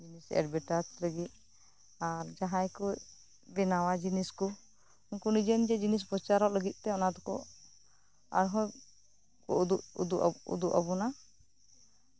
ᱮᱰᱵᱷᱟᱴᱟᱥ ᱞᱟᱹᱜᱤᱫ ᱟᱨ ᱡᱟᱸᱦᱟᱭ ᱠᱚ ᱵᱮᱱᱟᱣᱟ ᱡᱤᱱᱤᱥ ᱠᱚ ᱩᱱᱠᱩ ᱱᱤᱡᱮ ᱱᱤᱡᱮ ᱡᱤᱱᱤᱥ ᱯᱨᱚᱪᱟᱨᱚᱜ ᱞᱟᱹᱜᱤᱫ ᱛᱮ ᱚᱱᱟᱛᱮᱠᱚ ᱟᱨᱦᱚᱸ ᱠᱚ ᱩᱫᱩᱜ ᱩᱫᱩᱜ ᱟᱵᱳᱱᱟ